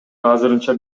азырынча